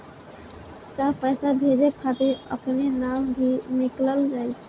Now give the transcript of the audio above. का पैसा भेजे खातिर अपने नाम भी लिकल जाइ?